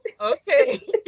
Okay